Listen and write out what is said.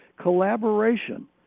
collaboration